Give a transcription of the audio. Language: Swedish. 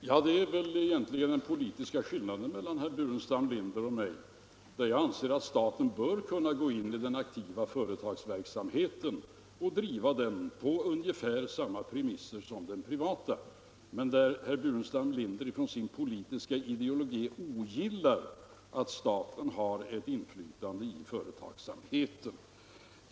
Herr talman! Ja, det är väl egentligen den politiska skillnaden mellan herr Burenstam Linder och mig. Jag anser att staten aktivt bör kunna gå in i företagsverksamheten och driva sådan på ungefär samma premisser som det privata näringslivet. Herr Burenstam Linder ogillar däremot med utgångspunkt i sin politiska ideologi att staten har ett inflytande inom företagsamheten.